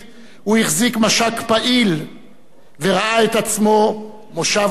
משק פעיל וראה את עצמו מושבניק מן השורה.